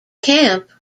camp